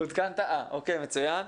מצוין.